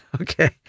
Okay